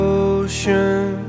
ocean